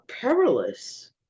perilous